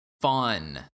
fun